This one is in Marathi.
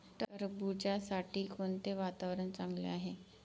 टरबूजासाठी कोणते वातावरण चांगले आहे?